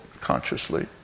consciously